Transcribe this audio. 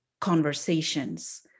conversations